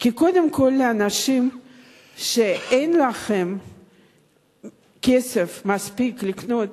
כי קודם כול לאנשים שאין להם כסף מספיק לקנות